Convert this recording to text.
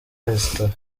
resitora